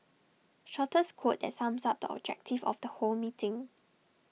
shortest quote that sums up the objective of the whole meeting